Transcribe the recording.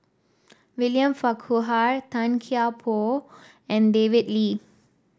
William Farquhar Tan Kian Por and David Lee